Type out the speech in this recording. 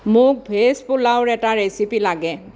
মোক ভেজ পোলাওৰ এটা ৰেচিপি লাগে